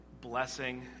blessing